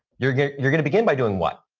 you're you're going to begin by doing what?